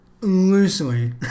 Loosely